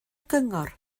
gyngor